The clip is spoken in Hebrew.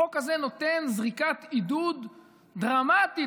החוק הזה נותן זריקת עידוד דרמטית